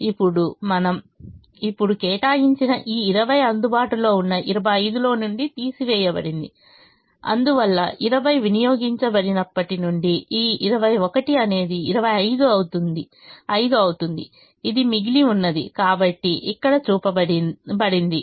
ఇప్పుడు మనము ఇప్పుడు కేటాయించిన ఈ 20 అందుబాటులో ఉన్న 25 లో నుండి తీసివేయబడింది అందువల్ల 20 వినియోగించబడినప్పటి నుండి ఈ 21 అనేది 25 అవుతుంది 5 అవుతుంది ఇది మిగిలి ఉన్నది కాబట్టి ఇక్కడ చూపబడింది